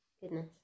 Goodness